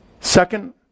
Second